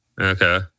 Okay